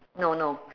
no no